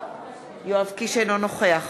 אינו נוכח